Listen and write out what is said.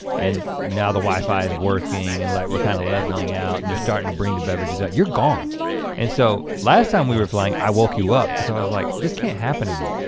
and now the wifi is working and like we're kinda kind of leveling out and they're starting to bring the beverages out, you're gone and so last time we were flying, i woke you up cause i was like this can't happen again.